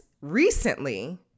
recently